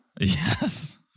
Yes